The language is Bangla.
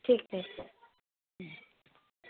ঠিক আছে